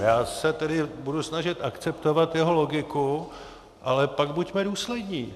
Já se tedy budu snažit akceptovat jeho logiku, ale pak buďme důslední.